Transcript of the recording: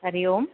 हरिः ओम्